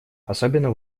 особенно